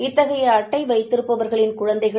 இத்தகைய அட்டை அவைத்திருப்பவர்களின் குழந்தைகள்